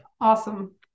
Awesome